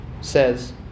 says